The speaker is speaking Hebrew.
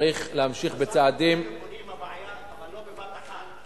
שצריך להמשיך בצעדים, אבל לא בבת-אחת.